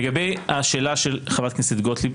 לגבי השאלה של חברת הכנסת גוטליב,